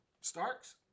Starks